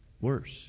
worse